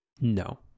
No